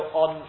on